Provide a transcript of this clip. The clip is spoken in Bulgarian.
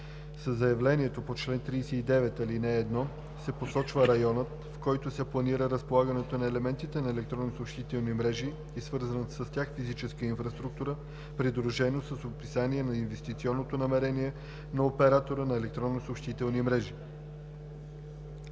Със заявлението по чл. 39, ал. 1 се посочва районът, в който се планира разполагане на елементи на електронни съобщителни мрежи и свързаната с тях физическа инфраструктура, придружено с описание на инвестиционното намерение на оператора на електронни съобщителни мрежи.“